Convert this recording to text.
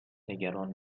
نگران